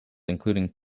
including